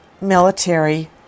military